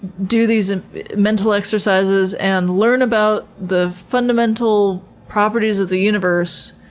do these and mental exercises, and learn about the fundamental properties of the universe,